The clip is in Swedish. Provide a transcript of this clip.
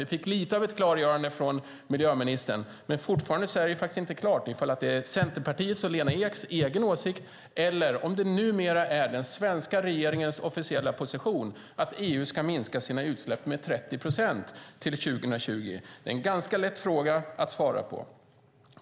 Vi fick lite av ett klargörande från miljöministern, men fortfarande står det inte klart om det är Centerpartiets och Lena Eks åsikt eller om det numera är den svenska regeringens officiella position att EU ska minska sina utsläpp med 30 procent till 2020. Det är en ganska lätt fråga att svara på.